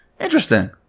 interesting